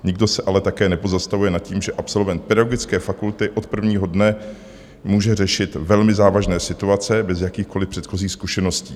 Nikdo se ale také nepozastavuje nad tím, že absolvent pedagogické fakulty od prvního dne může řešit velmi závažné situace bez jakýchkoliv předchozích zkušeností.